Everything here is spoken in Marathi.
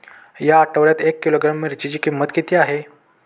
या आठवड्यात एक किलोग्रॅम मिरचीची किंमत किती आहे?